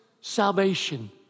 salvation